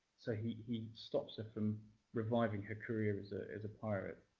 so he stops her from reviving her career as ah as a pirate.